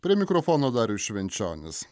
prie mikrofono darius švenčionis